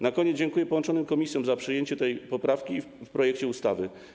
Na koniec dziękuję połączonym komisjom za przyjęcie tej poprawki w projekcie ustawy.